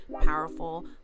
powerful